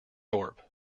thorpe